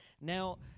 now